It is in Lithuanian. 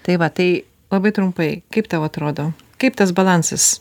tai va tai labai trumpai kaip tau atrodo kaip tas balansas